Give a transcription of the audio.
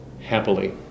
happily